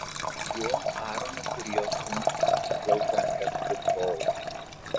juo aaronas ir jo sūnūs nusiplaus rankas ir kojas